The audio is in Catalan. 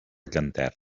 llanterna